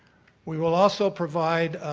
we will also provide